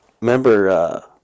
Remember